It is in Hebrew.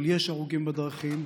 אבל יש הרוגים בדרכים.